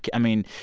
i mean,